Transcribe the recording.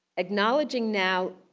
acknowledging now,